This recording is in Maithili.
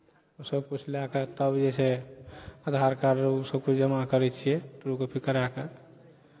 ओ सभकिछु लए कऽ तब जे छै आधारकार्ड ओ सभकिछु जमा करै छियै ट्रू कॉपी करा कऽ